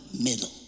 middle